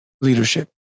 leadership